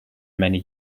many